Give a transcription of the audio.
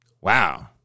Wow